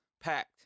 packed